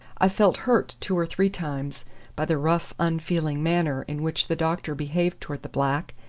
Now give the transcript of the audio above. i felt hurt two or three times by the rough, unfeeling manner in which the doctor behaved towards the black,